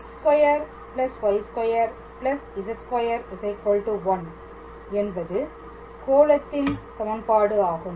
x2 y2 z2 1 என்பது கோளத்தின் சமன்பாடு ஆகும்